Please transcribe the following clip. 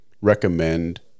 recommend